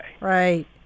Right